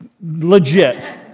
Legit